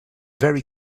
very